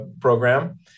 program